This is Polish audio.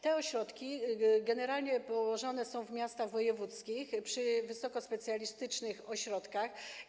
Te ośrodki generalnie są położone w miastach wojewódzkich przy wysokospecjalistycznych ośrodkach.